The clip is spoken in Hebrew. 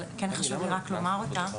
אבל כן חשוב לי רק לומר אותה.